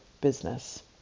business